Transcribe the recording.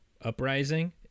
Uprising